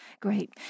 Great